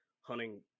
hunting